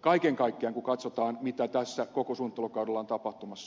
kaiken kaikkiaan kun katsotaan mitä tässä koko suunnittelukaudella on tapahtumassa